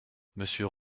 monsieur